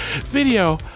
video